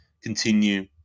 continue